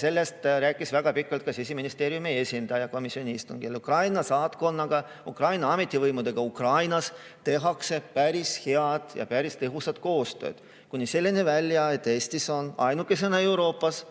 Sellest rääkis väga pikalt ka Siseministeeriumi esindaja komisjoni istungil. Ukraina saatkonnaga ja ametivõimudega Ukrainas tehakse päris head ja päris tõhusat koostööd, kuni selleni välja, et Eestis, siin kohapeal on Euroopas